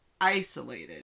isolated